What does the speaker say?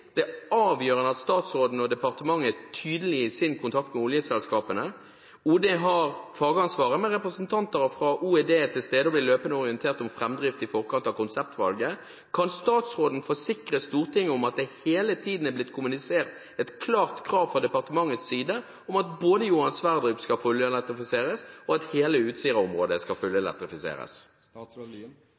Det er avgjørende at statsråden og departementet er tydelige i sin kontakt med oljeselskapene. OD har fagansvaret med representanter fra OED til stede og blir løpende orientert om framdrift i forkant av konseptvalget. Kan statsråden forsikre Stortinget om at det hele tiden er blitt kommunisert et klart krav fra departementets side om at Johan Sverdrup skal fullelektrifiseres, og at hele Utsira-området skal